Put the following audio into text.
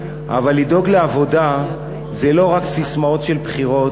אבל לדאוג לעבודה זה לא רק ססמאות של בחירות,